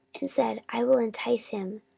and said, i will entice him.